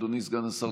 אדוני סגן השר,